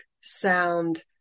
sound